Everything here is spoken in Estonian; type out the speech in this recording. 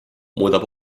muudab